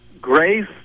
Grace